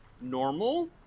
normal